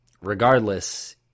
Regardless